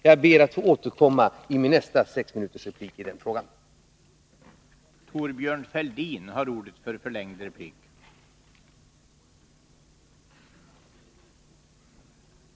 Jag ber att i min nästa sexminutersreplik få återkomma i den frågan.